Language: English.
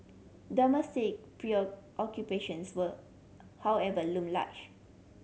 domestic preoccupations were however loom large